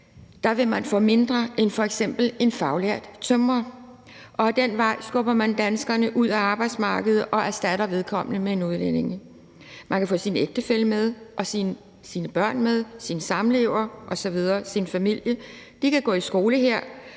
kr. vil man få mindre end f.eks. en faglært tømrer. Ad den vej skubber man danskerne ud af arbejdsmarkedet og erstatter vedkommende med en udlænding. Man kan få sin ægtefælle med, sine børn med, sin samlever med, sin familie med osv. De kan gå i skole her,